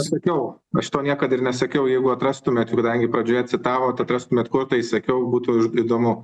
sakiau aš to niekad ir nesakiau jeigu atrastumėt kadangi pradžioje citavot atrastumėt kur tai sakiau būtų įdomu